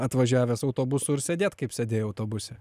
atvažiavęs autobusu ir sėdėt kaip sėdėjo autobuse